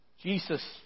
Jesus